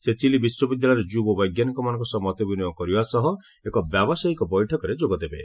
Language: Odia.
ସେ ଚିଲି ବଶ୍ୱବିଦ୍ୟାଳୟରେ ଯୁବ ବୈଜ୍ଞାନିକମାନଙ୍କ ସହ ମତ ବିନିମୟ କରିବା ସହ ଏକ ବ୍ୟାବସାୟିକ ବୈଠକରେ ଯୋଗଦେବେ